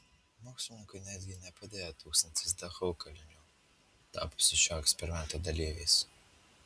mokslininkui netgi nepadėjo tūkstantis dachau kalinių tapusių šio eksperimento dalyviais